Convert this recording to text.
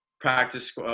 practice